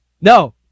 No